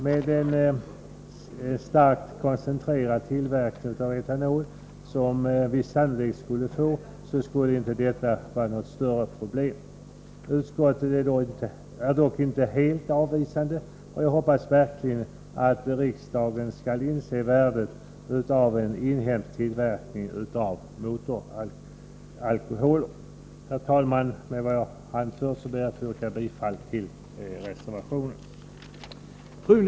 Med en starkt koncentrerad tillverkning av etanol, vilket vi sannolikt skulle få, skulle kontrollen inte vara något större problem. Utskottet är dock inte helt avvisande, och jag hoppas verkligen att riksdagen skall inse värdet av en inhemsk tillverkning av motoralkoholer. Herr talman! Med hänvisning till vad jag har anfört ber jag att få yrka bifall till reservationen.